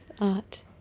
art